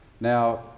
Now